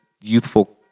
youthful